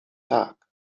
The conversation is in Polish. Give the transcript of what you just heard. tak